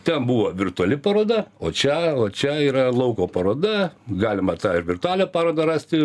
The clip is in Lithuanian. ten buvo virtuali paroda o čia o čia yra lauko paroda galima tą ir virtualią parodą rasti